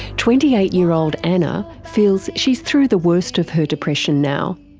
twenty eight year old anna feels she is through the worst of her depression now.